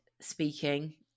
speaking